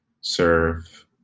serve